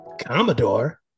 commodore